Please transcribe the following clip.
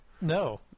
No